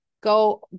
go